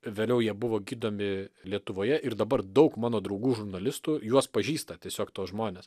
vėliau jie buvo gydomi lietuvoje ir dabar daug mano draugų žurnalistų juos pažįsta tiesiog tuos žmones